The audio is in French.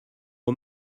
aux